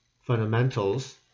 fundamentals